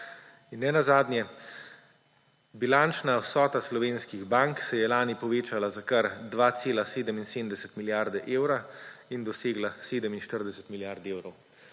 In nenazadnje, bilančna vsota slovenskih bank se je lani povečala za kar 2,77 milijarde evra in dosegla 47 milijard evrov.